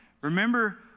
remember